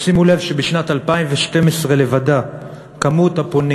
שימו לב שבשנת 2012 לבדה היה מספר הפונים